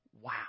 Wow